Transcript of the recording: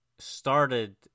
started